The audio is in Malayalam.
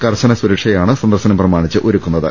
കർശന സുരക്ഷയാണ് സന്ദർശനം പ്രമാണിച്ച് ഒരുക്കു ന്നത്